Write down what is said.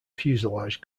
fuselage